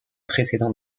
précédent